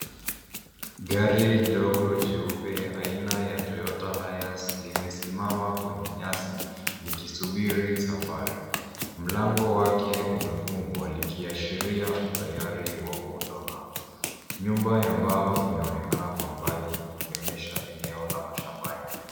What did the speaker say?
Gari ndogo jeupe aina ya Toyota Hiace limesimama kwenye nyasi likisubiri safari. Mlango wake umefungwa likiashiria utayari wa kuondoka. Nyumba ya mbao inaonekana kwa mbali ikionyesha eneo la mashambani.